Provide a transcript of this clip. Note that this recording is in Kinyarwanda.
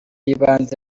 y’ibanze